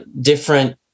different